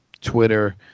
Twitter